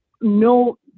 no